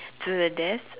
to the death